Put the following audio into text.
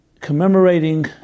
Commemorating